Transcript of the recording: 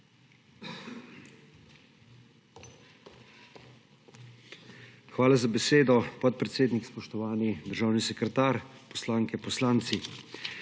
Hvala za besedo, podpredsednik. Spoštovani državni sekretar, poslanke in poslanci!